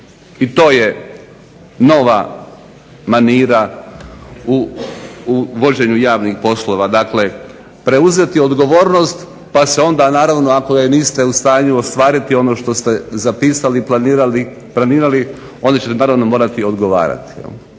I to je nova manira u vođenju javnih poslova. Dakle, preuzeti odgovornost pa se onda naravno ako je niste u stanju ostvariti ono što ste zapisali i planirali onda ćete bar morati odgovarati.